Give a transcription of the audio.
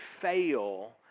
fail